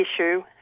issue